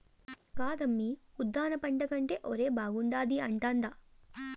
కాదమ్మీ ఉద్దాన పంట కంటే ఒరే బాగుండాది అంటాండా